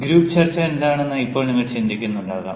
group ചർച്ച എന്താണെന്ന് ഇപ്പോൾ നിങ്ങൾ ചിന്തിക്കുന്നുണ്ടാകാം